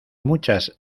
muchas